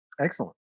Excellent